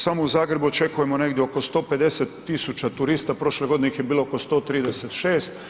Samo u Zagrebu očekujemo negdje oko 150 tisuća turista, prošle godine ih je bilo oko 136.